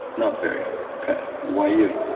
not very okay. why you?